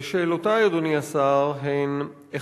שאלותי, אדוני השר, הן: